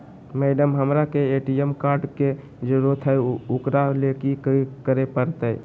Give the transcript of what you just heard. Madam, हमरा के ATM card के जरूरत है ऊकरा ले की की करे परते?